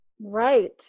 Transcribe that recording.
Right